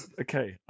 Okay